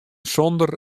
sonder